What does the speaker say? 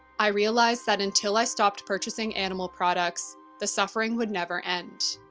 i realized that until i stopped purchasing animal products, the suffering would never end.